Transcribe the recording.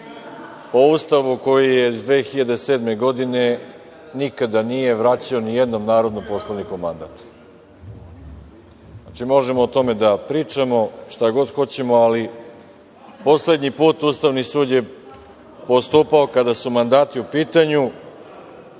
po Ustavu koji je iz 2007. godine nikada nije vratio ni jednom narodnom poslaniku mandat. Znači, o tome možemo da pričamo šta god hoćemo, ali poslednji put Ustavni sud je postupao, kada su mandati u pitanju,